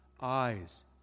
eyes